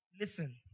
Listen